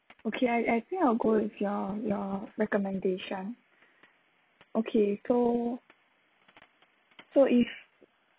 okay I I think I will go with your your recommendation okay so so if